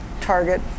target